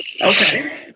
Okay